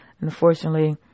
unfortunately